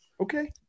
Okay